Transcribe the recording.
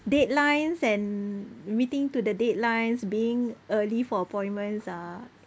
deadlines and meeting to the deadlines being early for appointments are